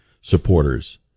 supporters